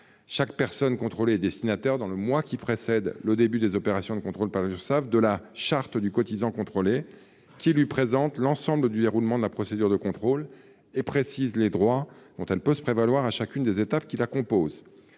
Chaque personne contrôlée est destinataire, dans le mois qui précède le début des opérations de contrôle par l'Urssaf, de la charte du cotisant contrôlé, qui lui présente l'ensemble du déroulement de la procédure de contrôle et précise les droits dont elle peut se prévaloir à chacune des étapes qui composent